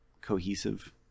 cohesive